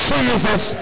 Jesus